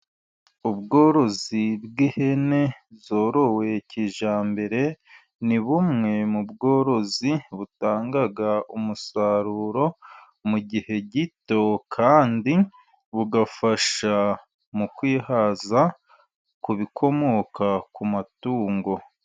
Ubworozi bw'ihene zorowe kijambere, ni bumwe mu bworozi butanga umusaruro mu gihe gito, kandi bugafasha mu kwihaza ku bikomoka ku matungo.